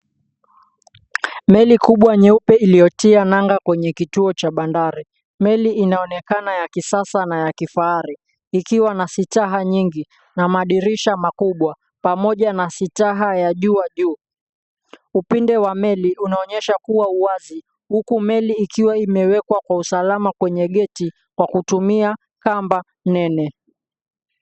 Meli kubwa nyeupe iliyotia nanga kwenye kituo cha bandari. Meli inaonekana ya kisasa na ya kifahari, ikiwa na sitaha nyingi na madirisha makubwa pamoja na sitaha ya jua juu. Upinde wa meli unaonyesha kuwa wazi, huku meli ikiwa imewekwa kwa usalama kwenye geti kwa kutumia kamba nene.